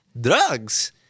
Drugs